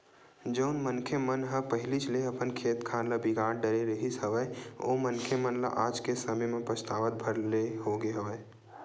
जउन मनखे मन ह पहिलीच ले अपन खेत खार ल बिगाड़ डरे रिहिस हवय ओ मनखे मन ल आज के समे म पछतावत भर ले होगे हवय